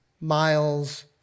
miles